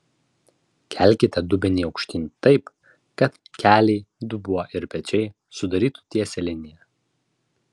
kelkite dubenį aukštyn taip kad keliai dubuo ir pečiai sudarytų tiesią liniją